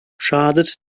schadet